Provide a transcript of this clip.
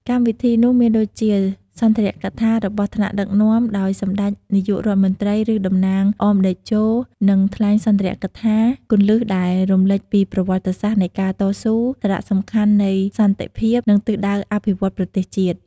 កម្មវិធីនោះមានដូចជា សុន្ទរកថារបស់ថ្នាក់ដឹកនាំ ដោយសម្ដេចនាយករដ្ឋមន្ត្រី ឬតំណាងអមតេជោ នឹងថ្លែងសុន្ទរកថាគន្លឹះដែលរំលេចពីប្រវត្តិសាស្ត្រនៃការតស៊ូ សារៈសំខាន់នៃសន្តិភាព និងទិសដៅអភិវឌ្ឍន៍ប្រទេសជាតិ។